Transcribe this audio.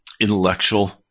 intellectual